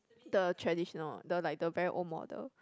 the traditional the like the very old model